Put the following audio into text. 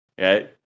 right